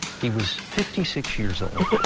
he was fifty six years old.